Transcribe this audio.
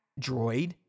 droid